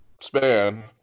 span